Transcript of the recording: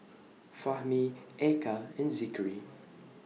Fahmi Eka and Zikri